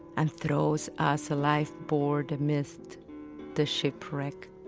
and throws us a lifeboard amidst the shipwreck.